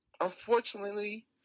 Unfortunately